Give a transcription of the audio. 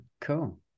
cool